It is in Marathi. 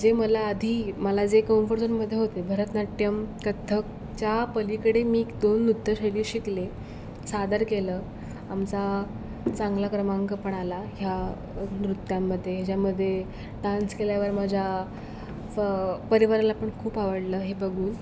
जे मला आधी मला जे कम्फर्ट झोनमध्ये होते भरतनाट्यम कथ्थकच्या पलीकडे मी दोन नृत्यशैली शिकले सादर केलं आमचा चांगला क्रमांक पण आला ह्या नृत्यांमध्ये ह्याच्यामध्ये डान्स केल्यावर माझ्या प परिवरला पण खूप आवडलं हे बघून